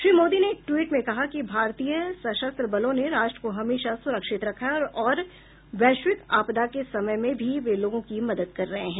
श्री मोदी ने एक ट्वीट में कहा कि भारतीय सशस्त्र बलों ने राष्ट्र को हमेशा सुरक्षित रखा है और वैश्विक आपदा के समय में भी वे लोगों की मदद कर रहे हैं